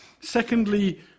Secondly